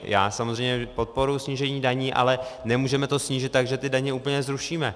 Já samozřejmě podporuji snížení daní, ale nemůžeme to snížit tak, že daně úplně zrušíme.